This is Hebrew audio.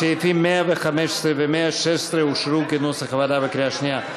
סעיפים 115 ו-116 אושרו כנוסח הוועדה בקריאה שנייה.